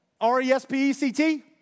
R-E-S-P-E-C-T